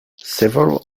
several